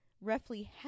roughly